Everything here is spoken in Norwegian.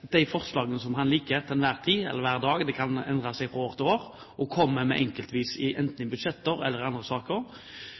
de forslagene han liker til enhver tid, eller hver dag – det kan endre seg fra år til år – og kommer med dem enkeltvis enten i